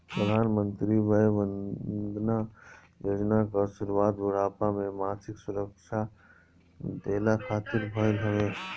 प्रधानमंत्री वय वंदना योजना कअ शुरुआत बुढ़ापा में सामाजिक सुरक्षा देहला खातिर भईल हवे